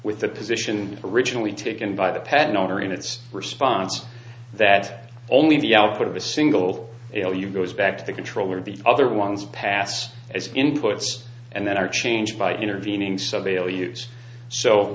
with the position originally taken by the pet owner in its response that only the output of a single aliu goes back to the controller of the other ones pass as inputs and that are changed by intervening so they'll use so